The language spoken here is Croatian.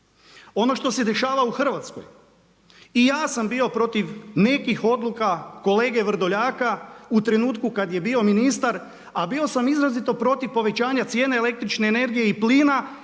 Ono što se dešava u Hrvatskoj i ja sam bio protiv nekih odluka kolege Vrdoljaka u trenutku kad je bio ministar, a bio sam izrazito protiv povećanja cijene električne energije i plina